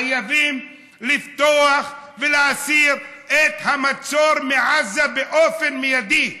חייבים לפתוח ולהסיר את המצור מעזה באופן מיידי.